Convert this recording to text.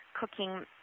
cooking